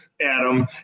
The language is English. Adam